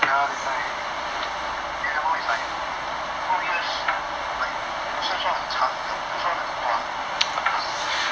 ya that's why then some more is like two years like 不是说很长又不是说很断 !wah! sian